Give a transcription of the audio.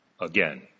again